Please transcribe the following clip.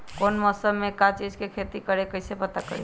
कौन मौसम में का चीज़ के खेती करी कईसे पता करी?